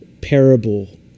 parable